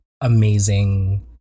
amazing